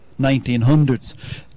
1900s